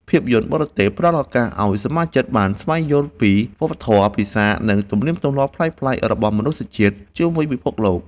ភាពយន្តបរទេស ផ្ដល់ឱកាសឱ្យសមាជិកបានស្វែងយល់ពីវប្បធម៌ ភាសា និងទំនៀមទម្លាប់ប្លែកៗរបស់មនុស្សជាតិជុំវិញពិភពលោក។